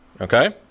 Okay